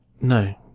No